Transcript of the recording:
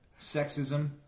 Sexism